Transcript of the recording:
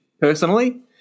personally